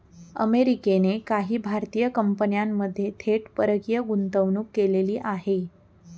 अमेरिकेने काही भारतीय कंपन्यांमध्ये थेट परकीय गुंतवणूक केलेली आहे